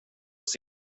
oss